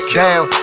down